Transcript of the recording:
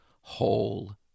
whole